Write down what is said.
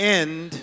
end